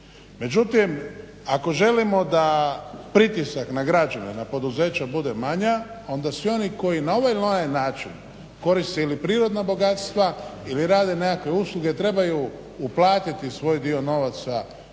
Međutim, ako želimo da pritisak na građane, na poduzeća bude manja onda svi oni koji na ovaj ili onaj način koriste ili prirodna bogatstva ili rade nekakve usluge trebaju uplatiti svoj dio novaca ili